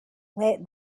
let